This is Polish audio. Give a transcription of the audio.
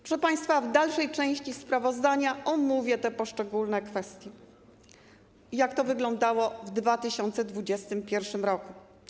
Proszę państwa, w dalszej części sprawozdania omówię te poszczególne kwestie, jak to wyglądało w 2021 r.